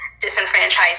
disenfranchised